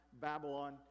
Babylon